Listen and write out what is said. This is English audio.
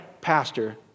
pastor